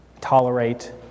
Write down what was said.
tolerate